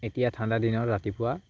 এতিয়া ঠাণ্ডাদিনত ৰাতিপুৱা